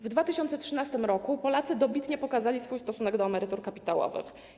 W 2013 r. Polacy dobitnie pokazali swój stosunek do emerytur kapitałowych.